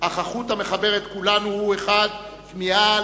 אך החוט המחבר את כולנו הוא אחד: כמיהה